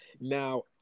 Now